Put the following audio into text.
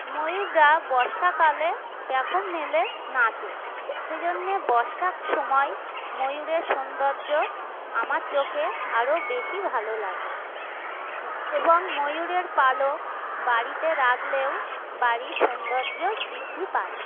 ময়ূররা বর্ষাকালে পেখম মেলে নাচে সেইজন্যে বর্ষার সময় ময়ূরের সৌন্দর্য আমার চোখে আরও বেশি ভালো লাগে এবং ময়ূরের পালক বাড়িতে রাখলেও বাড়ির সৌন্দর্য বৃদ্ধি পায়